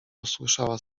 posłyszała